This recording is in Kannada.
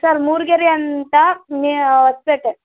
ಸರ್ ಮೂರ್ಗೆರಿ ಅಂತ ನಿಯಾ ಹೊಸಪೇಟೆ